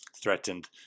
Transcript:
threatened